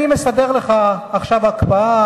אני מסדר לך עכשיו הקפאה,